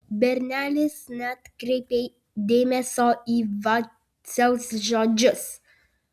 bernelis neatkreipė dėmesio į vaciaus žodžius